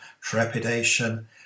trepidation